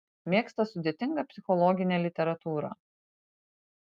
mėgsta sudėtingą psichologinę literatūrą